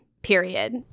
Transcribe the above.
Period